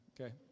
okay